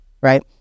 right